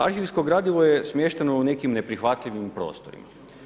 Arhivsko gradivo je smješteno u nekim neprihvatljivim prostorima.